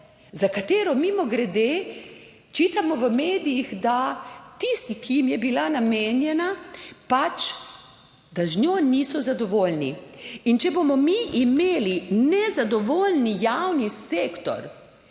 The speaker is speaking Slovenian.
za katero, mimogrede, čitamo v medijih, da tisti, ki jim je bila namenjena, pač, da z njo niso zadovoljni in če bomo mi imeli nezadovoljni javni sektor,